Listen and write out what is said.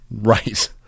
Right